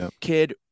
kid